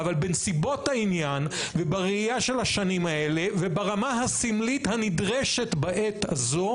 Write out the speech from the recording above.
אבל בנסיבות העניין ובראייה של השנים האלה וברמה הסמלית הנדרשת בעת הזאת